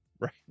Right